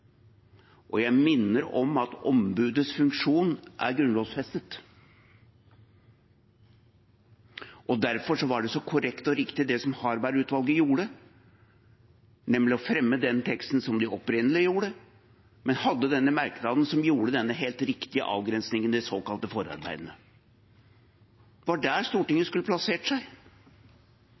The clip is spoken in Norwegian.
Jeg minner om at ombudets funksjon er grunnlovfestet, og derfor var det så korrekt og riktig det som Harberg-utvalget gjorde, nemlig å fremme den teksten som de opprinnelig gjorde, men hadde den merknaden som gjorde denne helt riktige avgrensningen i de såkalte forarbeidene. Det var der Stortinget skulle plassert seg.